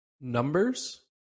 Numbers